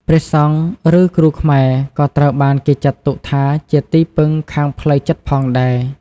ព្រះសង្ឃ ឬគ្រូខ្មែរក៏ត្រូវបានគេចាត់ទុកថាជាទីពឹងខាងផ្លូវចិត្តផងដែរ។